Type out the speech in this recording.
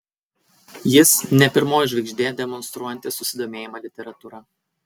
jis ne pirmoji žvaigždė demonstruojanti susidomėjimą literatūra